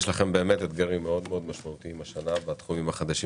יש לכם השנה באמת אתגרים מאוד מאוד משמעותיים בתחומים החדשים